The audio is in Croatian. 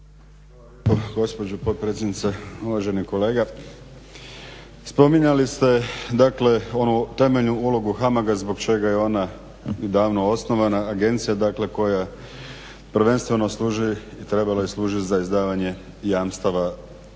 lijepa gospođo potpredsjednice. Uvaženi kolega spominjali ste dakle onu temeljnu ulogu HAMAG-a zbog čega je ona i davno osnovana, agencija dakle koja prvenstveno služi i trebala je služiti za izdavanje jamstava za